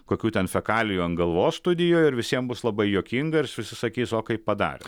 kokių ten fekalijų ant galvos studijoj ir visiem bus labai juokinga ir visi sakys o kaip padarė